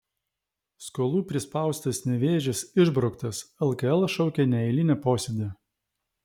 skolų prispaustas nevėžis išbrauktas lkl šaukia neeilinį posėdį